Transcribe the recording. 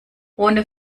ohne